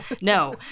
No